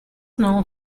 known